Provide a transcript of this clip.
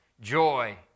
joy